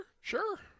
Sure